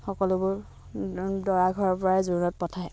সকলোবোৰ দৰা ঘৰৰ পৰাই জোৰোণত পঠায়